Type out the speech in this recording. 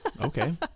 Okay